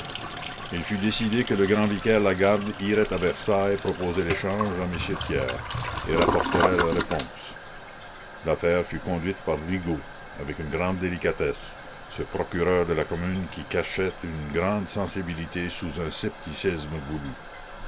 il fut décidé que le grand vicaire lagarde irait à versailles proposer l'échange à m thiers et rapporterait la réponse l'affaire fut conduite par rigaud avec une grande délicatesse ce procureur de la commune qui cachait une grande sensibilité sous un scepticisme voulu